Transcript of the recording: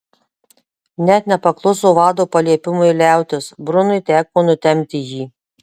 net nepakluso vado paliepimui liautis brunui teko nutempti jį